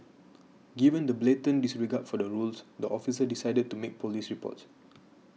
given the blatant disregard for the rules the officer decided to make police reports